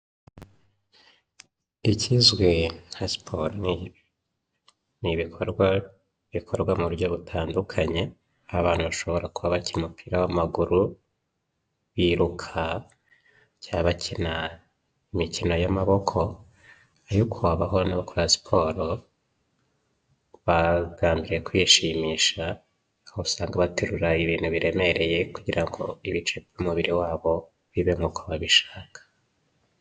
Ikizwi nka siporo ni ibikorwa bikorwa mu buryo butandukanye, aho abantu bashobora kuba bakina umupira w'amaguru, biruka cyangwa bakina imikino y'amaboko, ariko habaho n'abakora siporo bagamije kwishimisha, aho usanga baterura ibintu biremereye kugira ngo ibice by'umubiri wabo bibe nk'uko babishaka.